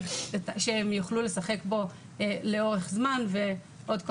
שהם יוכלו לשחק בו לאורך זמן ועוד כל